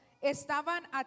Estaban